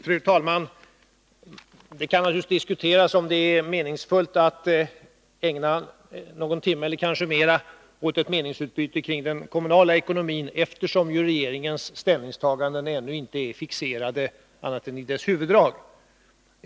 Fru talman! Det kan naturligtvis diskuteras om det är meningsfullt att ägna någon timme eller kanske mera åt ett meningsutbyte kring den kommunala ekonomin, eftersom regeringens ställningstagande ju ännu inte är fixerat annat än i sina huvuddrag.